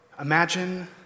imagine